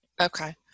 okay